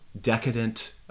decadent